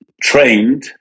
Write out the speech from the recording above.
trained